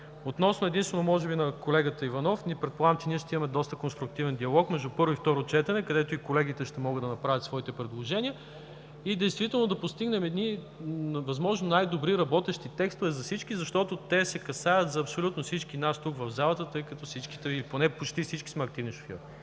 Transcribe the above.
Относно единствено, може би, на колегата Иванов предполагам, че ще имаме доста конструктивен диалог между първо и второ четене, където и колегите ще могат да направят своите предложения, и действително да постигнем възможно най-добри работещи текстове за всички, защото те касаят абсолютно всички нас тук, в залата, тъй като поне почти всички сме активни шофьори.